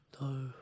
No